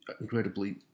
incredibly